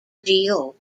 geo